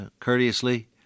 courteously